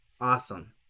awesome